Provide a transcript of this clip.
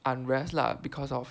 unrest lah because of